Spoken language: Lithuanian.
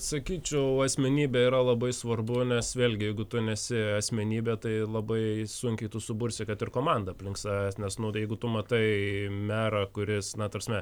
sakyčiau asmenybė yra labai svarbu nes vėlgi jeigu tu nesi asmenybė tai labai sunkiai tu subursi kad ir komandą aplink savęs nes nu tai jeigu tu matai merą kuris na ta prasme